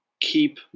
keep